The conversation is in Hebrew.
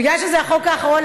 בגלל שזה החוק האחרון,